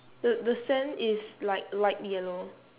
the the sand is like light yellow